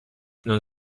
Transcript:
non